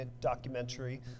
documentary